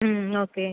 ம் ஓகே